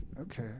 okay